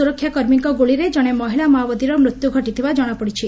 ସୁରକ୍ଷାକର୍ମୀଙ୍କ ଗୁଳିରେ ଜଣେ ମହିଳା ମାଓବାଦୀର ମୃତ୍ଧୁ ଘଟିଥିବା ଜଣାପଡ଼ିଛି